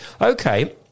Okay